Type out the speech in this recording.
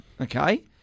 Okay